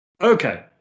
Okay